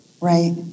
right